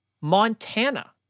Montana